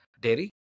dairy